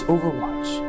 Overwatch